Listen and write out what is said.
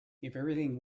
everything